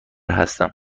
هستم